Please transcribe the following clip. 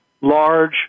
large